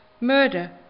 murder